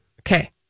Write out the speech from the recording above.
Okay